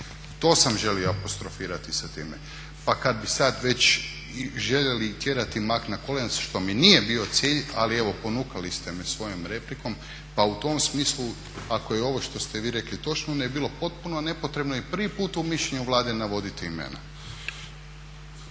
to sam želio apostrofirati sa time. Pa kad bi sad već željeli tjerati mak na konac, što mi nije bio cilj, ali evo ponukali ste me svojom replikom pa u tom smislu ako je ovo što ste vi rekli točno onda je bilo potpuno nepotrebno i prvi put u mišljenju Vlade navoditi imena.